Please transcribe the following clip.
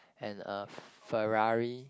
and a Ferrari